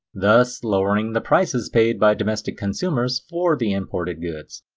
thus lowering the prices paid by domestic consumers for the imported goods.